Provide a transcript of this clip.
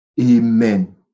Amen